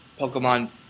Pokemon